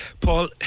Paul